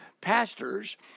pastors